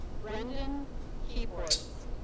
brendan keeports.